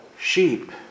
sheep